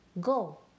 go